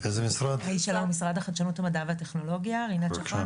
משרד לחדשנות, מדע והטכנולוגיה, בבקשה.